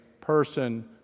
person